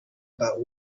about